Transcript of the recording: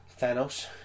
Thanos